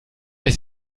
dass